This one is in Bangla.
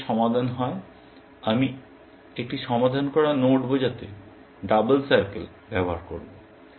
যদি এর সমাধান হয় আমি একটি সমাধান করা নোড বোঝাতে ডবল সার্কেল ব্যবহার করব